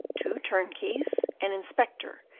two turnkeys, an inspector,